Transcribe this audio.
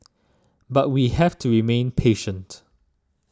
but we have to remain patient